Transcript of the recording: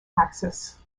axis